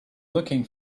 looking